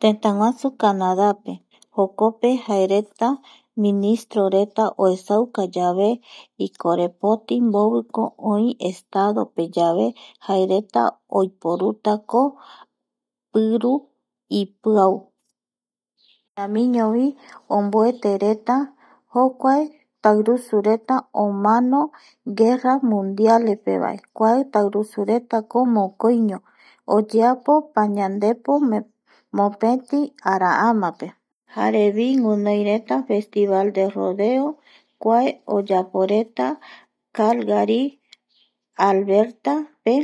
Tëtäguasu Canadape jokope jaereta ministroreta oesauka yave ikorepoti mboviko oi estadope yave jaereta oiporutako piru ipiau jaeramiñovi omboetereta jokuae tairusureta omano guerra mundiales pevae kuae tairusuretako mokoiño oyeapo pañandpomopeti araamape jarevi guinoireta festival de rodeo kua oyeporeta calgary arbertape